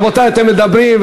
רבותי, אתם מדברים.